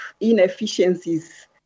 inefficiencies